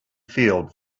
field